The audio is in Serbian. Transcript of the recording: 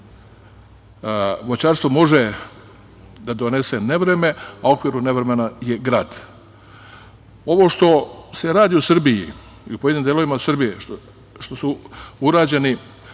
voćarstvo može da donese nevreme, a u okviru nevremena je grad. Ovo što se radi u Srbiji i u pojedinim delovima Srbije, što je urađena